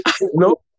No